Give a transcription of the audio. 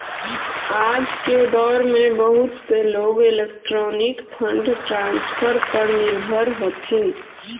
आज के दौर में बहुत से लोग इलेक्ट्रॉनिक फंड ट्रांसफर पर निर्भर हथीन